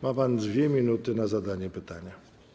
Ma pan 2 minuty na zadanie pytania.